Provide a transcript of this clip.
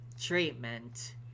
treatment